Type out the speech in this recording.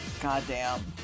Goddamn